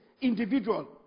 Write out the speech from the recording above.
individual